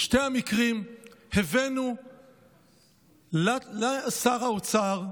בשני המקרים הבאנו לשר האוצר,